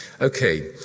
Okay